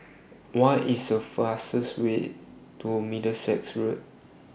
What IS The fastest Way to Middlesex Road